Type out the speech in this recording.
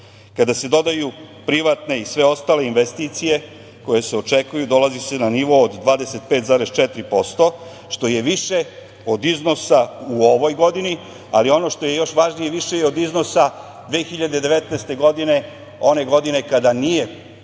Kada se dodaju privatne i sve ostale investicije koje se očekuju, dolazi se na nivo od 25,4% što je više od iznosa u ovoj godini, ali ono što je još važnije, više je od iznosa 2019. godine, one godine kada nije postojao